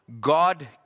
God